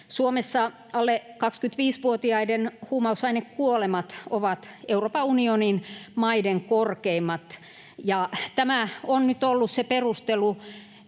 Suomessa alle 25-vuotiaiden huumausainekuolemamäärät ovat Euroopan unionin maiden korkeimmat, ja tämä on nyt ollut se perustelu,